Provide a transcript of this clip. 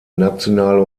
nationale